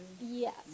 yes